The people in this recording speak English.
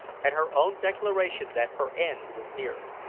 and her own declaration that her end was near.